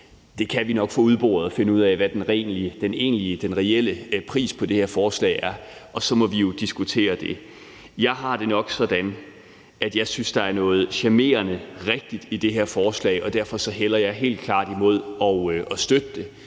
Det kan vi nok få udboret og finde ud af, hvad der egentlig er den reelle pris på det her forslag, og så må vi jo diskutere det. Jeg har det nok sådan, at jeg synes, der er noget charmerende rigtigt i det her forslag, og at jeg derfor helt klart også hælder imod at støtte det.